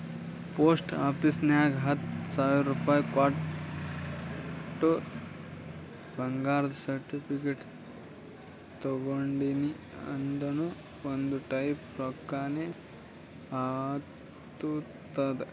post office ನಾಗ್ ಹತ್ತ ಸಾವಿರ ರೊಕ್ಕಾ ಕೊಟ್ಟು ಬಂಗಾರದ ಸರ್ಟಿಫಿಕೇಟ್ ತಗೊಂಡಿನಿ ಅದುನು ಒಂದ್ ಟೈಪ್ ರೊಕ್ಕಾನೆ ಆತ್ತುದ್